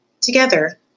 Together